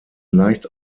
leicht